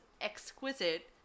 exquisite